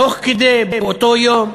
תוך כדי, באותו יום,